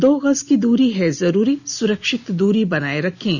दो गज की दूरी है जरूरी सुरक्षित दूरी बनाए रखें